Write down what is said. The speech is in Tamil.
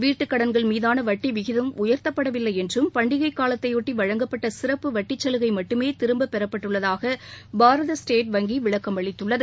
வீட்டுக் கடன்கள் மீதான வட்டி விகிதம் உயர்த்தப்படவில்லை என்றும் பண்டிகைக்காலத்தையொட்டி வழங்கப்பட்ட சிறப்பு வட்டி சலுகை மட்டுமே திரும்பப் பெறப்பட்டுள்ளதாக பாரத ஸ்டேட் வங்கி விளக்கமளித்துள்ளது